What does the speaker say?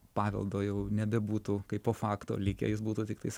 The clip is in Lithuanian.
paveldo jau nebebūtų kaip po fakto likę jis būtų tiktais